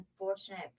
unfortunate